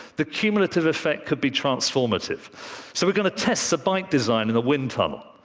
the cumulative effect could be transformative. so we're going to test a bike design in the wind tunnel.